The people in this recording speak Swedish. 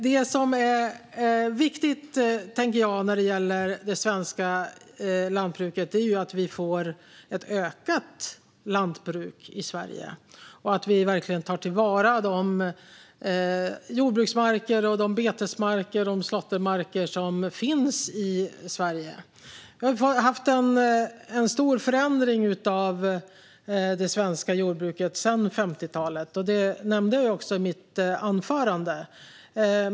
Det som är viktigt när det gäller det svenska lantbruket är att vi får ett ökat lantbruk i Sverige och att vi verkligen tar till vara de jordbruksmarker, betesmarker och slåttermarker som finns i Sverige. Vi har haft en stor förändring av det svenska jordbruket sedan 50-talet, som jag nämnde i mitt anförande.